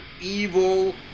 evil